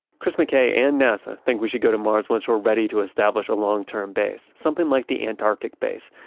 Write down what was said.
chris mckay and nasa think we should go to mars once we're ready to establish a long-term base. something like the antarctic base,